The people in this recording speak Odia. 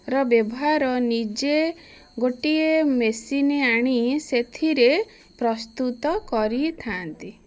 ର ବ୍ୟବହାର ନିଜେ ଗୋଟିଏ ମେସିନ୍ ଆଣି ସେଥିରେ ପ୍ରସ୍ତୁତ କରିଥାଆନ୍ତି